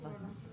יחליט.